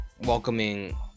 welcoming